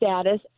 status